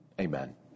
Amen